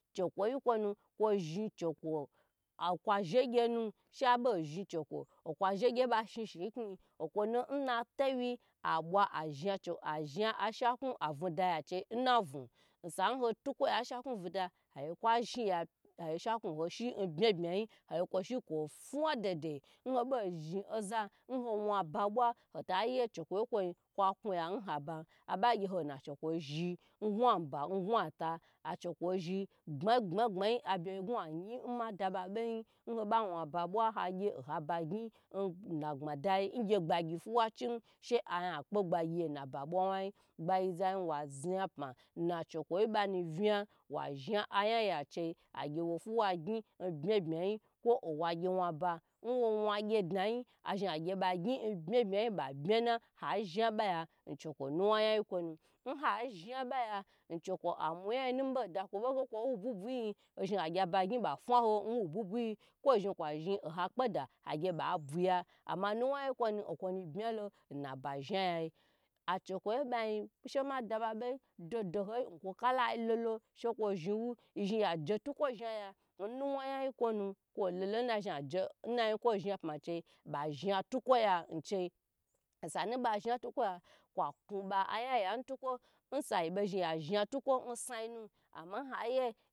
Chekwo yu kwo nu kwo zhi chokwo okwo shegge nu, she abo zhi chokwo okwo shegye n kwo shishi yi n kni yi okwo nu na towi abwa ash ashaku avudaya chei nnavu osanu ho lukwo ya n nashaka ovu da agye kwa shi ya agye shaku ho shi n bye byu yi agye kwo shi kwo fa dei dei nhobo zhi sha nwo wan ba bwa hotaye chokwo kwa ku ya n haban n hagye hona chokwo zhn gbm ayi gbmayi gbonayi n gwa ta achokwo achokwo zhi gbayi gbayi ngwa yin nho ba wan ba bwa agye oha ba gyi nngbma dai ngye gbayy fawa chim ayi akpa gbagyi ye naba bwa wayi gbagza zhi wa zhapma na chokwo yi wa zha ayan ya vna agye wo fuwa gyn kwo owa gyewaba nwo wagydna yi azhi agye ba gyi ba bya na nha zha baya ncho kwo nuwa yan yi kwonu nha zhaba ya nchokwo amuyayi mi bo da kwo ba ge kwo wo bu bavi yi oba gya ba gyn ba faho ho ba gye ha kpeda ba buya ama nuwa yayi kwo nu nkwo nu bya lonaba shaya achekwo ye ba yin che ma daba be dodo yi nkwo kalayi lolo shekwo zhn wu yu zhn ya je tukwo zhawa nnuwaya gi kwonu kwolo na nnayikwo zha pma chei ba zha tukwo ya nchui osanu. ba zha tukwo ya kwaku aya ya n na tukwo nha ye cho